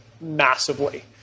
massively